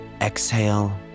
exhale